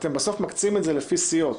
אתם בסוף מקצים את זה לפי סיעות.